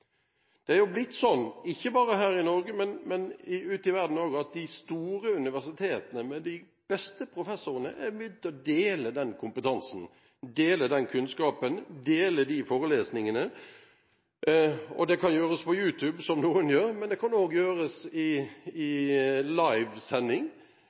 Det har jo blitt sånn, ikke bare her i Norge, men ute i verden også, at de store universitetene med de beste professorene har begynt å dele kompetanse, kunnskap og forelesninger. Det kan gjøres på YouTube, som noen gjør, men det kan også gjøres i